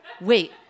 Wait